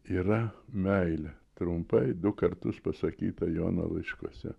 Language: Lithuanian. yra meilė trumpai du kartus pasakyta jono laiškuose